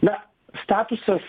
na statusas